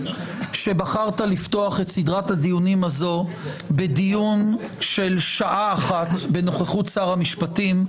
שבחרת לפתוח את סדרת הדיונים הזו בדיון של שעה אחת בנוכחות שר המשפטים,